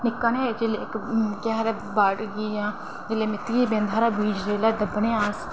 निक्का निहा इक्क बड़ गी जां जिसलै मित्तियै च बिंद हारा बीज़ दब्बने आं अस